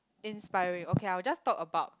inspiring okay I will just talk about